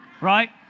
right